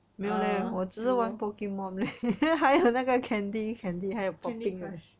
err candy crush